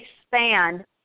expand